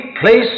place